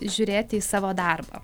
žiūrėti į savo darbą